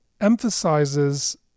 emphasizes